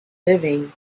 living